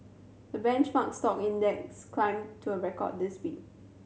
the benchmark stock index climbed to a record this week